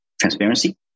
transparency